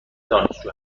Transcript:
دانشجو